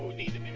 need to